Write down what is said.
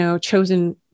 chosen